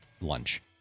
lunch